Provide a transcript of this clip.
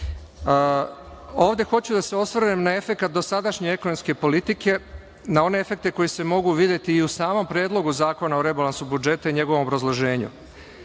hoću da se osvrnem na efekat dosadašnje ekonomske politike, na one efekte koji se mogu videti u samom Predlogu zakona o rebalansu budžeta i njegovom obrazloženju.